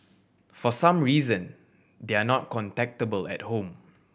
for some reason they are not contactable at home